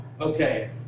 Okay